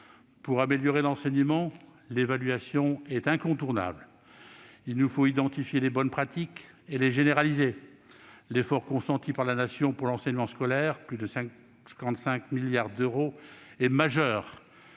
Pour améliorer l'enseignement, l'évaluation est incontournable. Il nous faut identifier les bonnes pratiques et les généraliser. L'effort consenti par la Nation pour l'enseignement scolaire- d'un montant de plus de 55 milliards d'euros -est majeur.